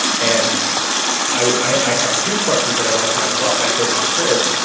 and i have two questions that i want to kind of flop back over to chris.